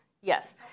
Yes